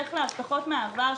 בהמשך להבטחות מהעבר,